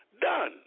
done